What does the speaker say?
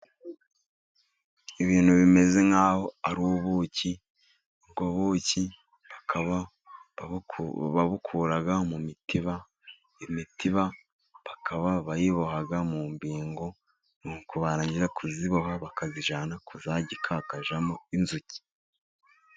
Ibintu bimeze nk’aho ari ubuki. Ubwo buki bakaba babukura mu mitiba. Imitiba bakaba bayiboha mu mbingo, nuko barangiza kuyiboha bakayijyana kuyagika, hakajyamo inzuki.